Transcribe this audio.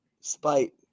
Spite